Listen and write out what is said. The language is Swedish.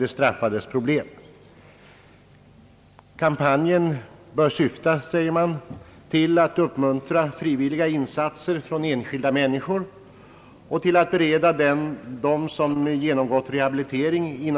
Det framhålles vidare i motionen, att kampanjen bör syfta till att uppmuntra frivilliga insatser från enskilda människor och till att bereda den som genomgått rehabilitering